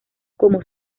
cómo